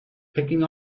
picking